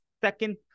second